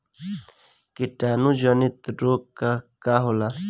कीटाणु जनित रोग का होला?